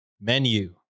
menu